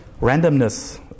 randomness